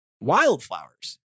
wildflowers